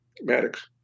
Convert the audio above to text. Maddox